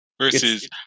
Versus